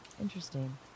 Interesting